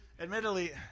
Admittedly